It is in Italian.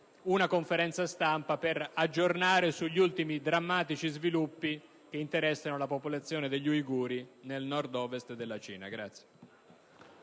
una conferenza stampa per un aggiornamento sugli ultimi drammatici sviluppi che interessano la popolazione degli uiguri nel Nord-Ovest della Cina.